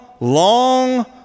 long